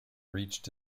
reached